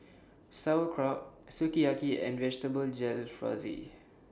Sauerkraut Sukiyaki and Vegetable Jalfrezi